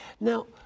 Now